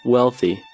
Wealthy